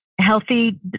healthy